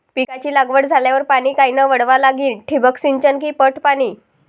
पिकाची लागवड झाल्यावर पाणी कायनं वळवा लागीन? ठिबक सिंचन की पट पाणी?